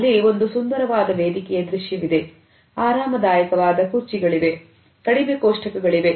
ಅಲ್ಲಿ ಒಂದು ಸುಂದರವಾದ ವೇದಿಕೆಯ ದೃಶ್ಯವಿದೆ ಆರಾಮದಾಯಕವಾದ ಕುರ್ಚಿ ಗಳಿವೆ ಕಡಿಮೆ ಕೋಷ್ಠಕಗಳಿವೆ